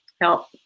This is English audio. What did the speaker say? help